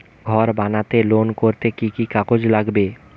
ঘর বানাতে লোন করতে কি কি কাগজ লাগবে?